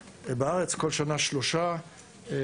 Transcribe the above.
בארץ מקבלים אותם כל שנה שלושה מדענים,